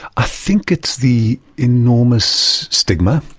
i think it's the enormous stigma.